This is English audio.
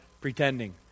pretending